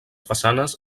façanes